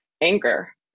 anger